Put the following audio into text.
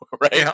right